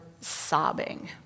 sobbing